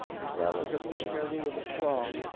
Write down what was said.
as well as of the sturdy and the strong,